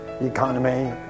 economy